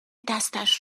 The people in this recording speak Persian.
دستش